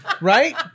right